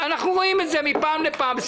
אנחנו רואים את זה מידי פעם בפעם.